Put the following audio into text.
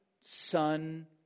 son